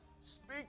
Speak